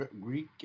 Greek